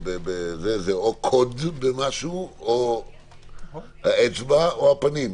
זה או קוד או האצבע או הפנים.